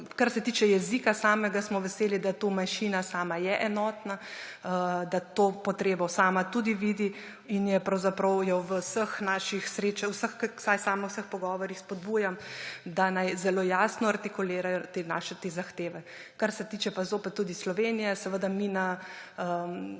kar se tiče jezika samega, smo veseli, da manjšina sama je enotna, da to potrebo sama tudi vidi in jo na vseh pogovorih spodbujam, da naj zelo jasno artikulirajo te naše zahteve. Kar se tiče pa zopet tudi Slovenije, seveda mi na